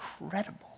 incredible